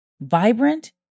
vibrant